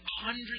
hundreds